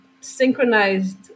synchronized